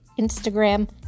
Instagram